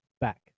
back